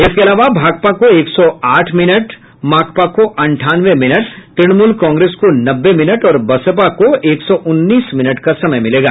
इसके अलावा भाकपा को एक सौ आठ मिनट माकपा को अंठानवे मिनट तृणमूल कांग्रेस को नब्बे मिनट और बसपा को एक सौ उन्नीस मिनट का समय मिलेगा